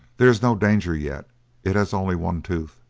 there is no danger yet it has only one tooth.